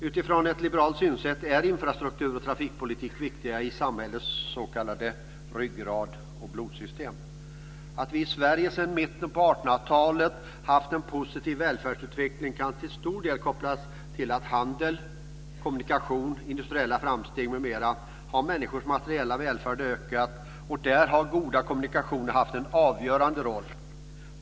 Utifrån ett liberalt synsätt är infrastruktur och trafikpolitik viktiga delar i samhällets s.k. ryggrad och blodsystem. Att vi i Sverige sedan mitten på 1800 talet haft en positiv välfärdsutveckling kan till stor del kopplas till att handel, kommunikation, industriella framsteg m.m. har ökat människors materiella välfärd, och där har goda kommunikationer haft en avgörande roll.